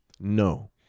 no